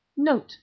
Note